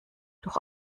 durch